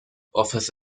office